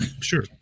Sure